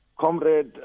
Comrade